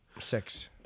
Six